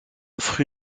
offre